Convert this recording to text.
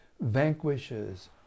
vanquishes